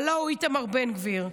הלוא הוא איתמר בן גביר.